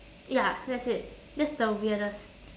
ya that's it that's the weirdest